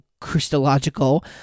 Christological